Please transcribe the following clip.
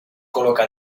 coloca